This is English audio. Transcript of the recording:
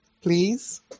please